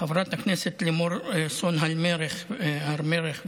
חברת הכנסת לימור סון הר מלך ומפלגתה